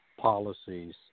policies